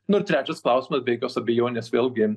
nu ir trečias klausimas be jokios abejonės vėlgi